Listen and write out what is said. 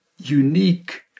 unique